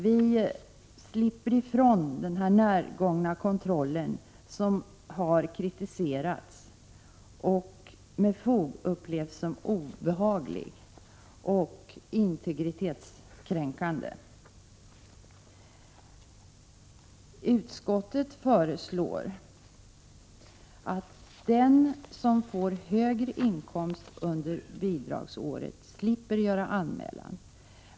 Vi slipper ifrån den närgångna kontroll som har kritiserats och som med fog har upplevts som obehaglig och integritetskränkande. Utskottet föreslår att den som får högre inkomst under bidragsåret slipper göra en anmälan.